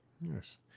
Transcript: Yes